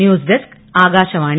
news desk Akashvani